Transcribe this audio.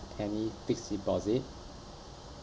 any fixed deposit